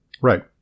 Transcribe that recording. Right